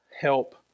help